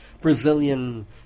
Brazilian